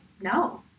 no